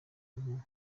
umuntu